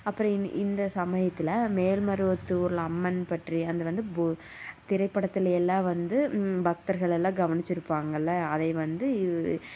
அப்புறம் இந் இந்த சமயத்தில் மேல்மருவத்தூர்ல அம்மன் பற்றிய அது வந்து பு திரைப்படத்திலையெல்லாம் வந்து பக்தர்கள் எல்லாம் கவனிச்சுருப்பாங்கள்ல அதை வந்து